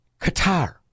Qatar